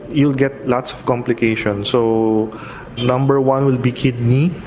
you'll get lots of complications. so number one would be kidney,